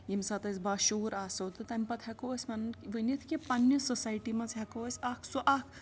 ییٚمہِ ساتہٕ أسۍ باشعوٗر آسو تہٕ تَمہِ پَتہٕ ہٮ۪کو أسۍ پَنُن ؤنِتھ کہِ پَنٛنہِ سوسایٹی منٛز ہٮ۪کو أسۍ اکھ سُہ اَکھ